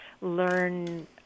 learn